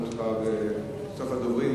שמנו אותך בסוף הדוברים.